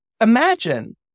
imagine